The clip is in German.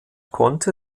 konnte